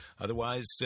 Otherwise